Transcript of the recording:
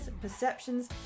perceptions